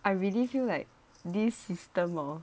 I really feel like this system hor